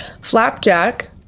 Flapjack